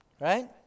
Right